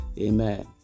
Amen